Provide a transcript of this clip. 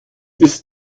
ist